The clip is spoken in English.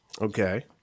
Okay